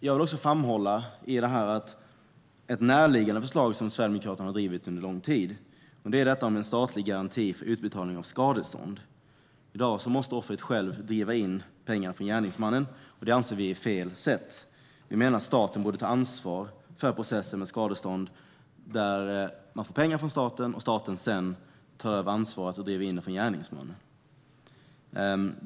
Jag vill i detta sammanhang framhålla ett närliggande förslag som Sverigedemokraterna drivit under lång tid. Det är en statlig garanti för utbetalning av skadestånd. I dag måste offret själv driva in pengarna från gärningsmannen. Det anser vi är fel sätt. Vi menar att staten borde ta ansvar för processen med skadestånd så att offret får pengar från staten. Staten tar sedan över ansvaret och driver in pengarna från gärningsmannen.